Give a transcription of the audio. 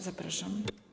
Zapraszam.